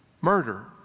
murder